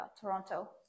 Toronto